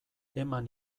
eman